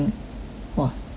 !wah! 吓到我